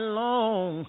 long